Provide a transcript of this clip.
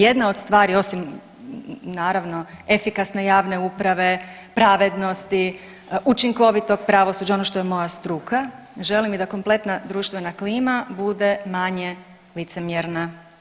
Jedna od stvari osim naravno efikasne javne uprave, pravednosti, učinkovitog pravosuđa ono što je moja struka, želim i da kompletna društvena klima bude manje licemjerna.